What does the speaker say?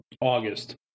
August